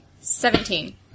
Seventeen